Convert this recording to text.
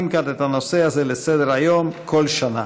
כאן את הנושא הזה לסדר-היום בכל שנה,